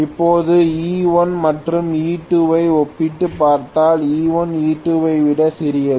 இப்போது E1 மற்றும் E2 ஐ ஒப்பிட்டுப் பார்த்தால் E1 E2 ஐ விட சிறியது